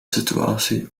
situatie